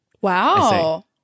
Wow